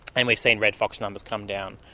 and we've seen red fox numbers come down.